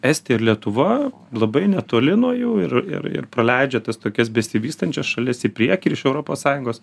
estija ir lietuva labai netoli nuo jų ir ir ir praleidžia tas tokias besivystančias šalis į priekį ir iš europos sąjungos